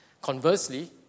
Conversely